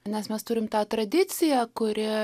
nes mes turim tą tradiciją kuri